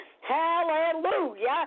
Hallelujah